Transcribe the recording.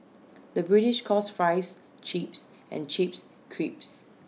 the British calls Fries Chips and Chips Crisps